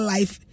Life